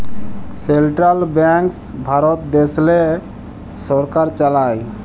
central banks Bharat দ্যাশেল্লে সরকার চালায়